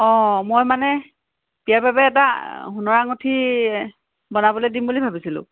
অঁ মই মানে বিয়াৰ বাবে এটা সোণৰ আঙুঠি বনাবলৈ দিম বুলি ভাবিছিলোঁ